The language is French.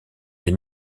les